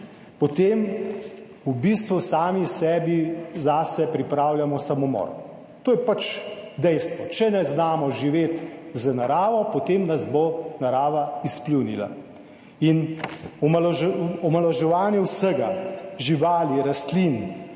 potem v bistvu sami sebi zase pripravljamo samomor, to je pač dejstvo. Če ne znamo živeti z naravo, potem nas bo narava izpljunila. In omalovaževanje vsega, živali, rastlin,